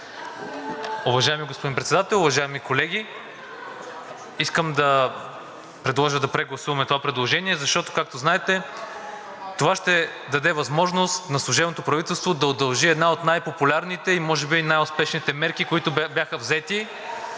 Уважаеми господин Председател, уважаеми колеги! Искам да предложа да прегласуваме това предложение, защото, както знаете, това ще даде възможност на служебното правителство да удължи една от най-популярните и може би най-успешните мерки, които бяха взети.